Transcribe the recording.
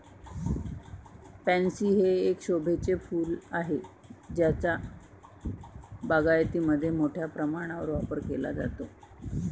pansy हे एक शोभेचे फूल आहे ज्याचा बागायतीमध्ये मोठ्या प्रमाणावर वापर केला जातो